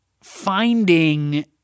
finding